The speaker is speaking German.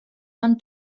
man